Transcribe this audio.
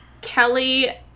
Kelly